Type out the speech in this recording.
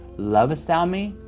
lovest thou me?